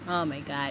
oh my god